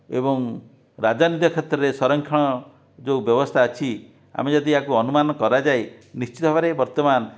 ଏବଂ ରାଜନୀତିକ କ୍ଷେତ୍ରରେ ସଂରକ୍ଷଣ ଯେଉଁ ବ୍ୟବସ୍ଥା ଅଛି ଆମେ ଯଦି ଏହାକୁ ଅନୁମାନ କରା ଯାଏ ନିଶ୍ଚିତ ଭାବରେ ବର୍ତ୍ତମାନ